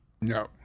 No